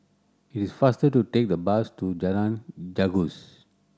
it is faster to take the bus to Jalan Gajus